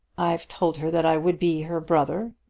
i've told her that i would be her brother,